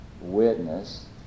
witness